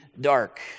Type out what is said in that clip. dark